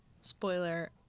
spoiler